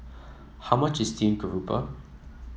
how much is Steam Garoupa